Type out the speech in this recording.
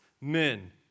men